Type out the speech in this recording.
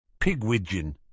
Pigwidgeon